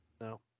No